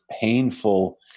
painful